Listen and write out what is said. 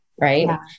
Right